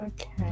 Okay